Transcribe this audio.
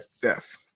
death